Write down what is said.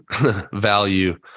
value